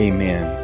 Amen